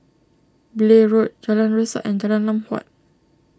Blair Road Jalan Resak and Jalan Lam Huat